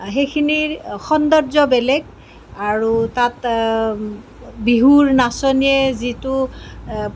সেইখিনিৰ সৌন্দৰ্য্য বেলেগ আৰু তাত বিহুৰ নাচনীয়ে যিটো